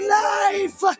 life